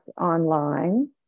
online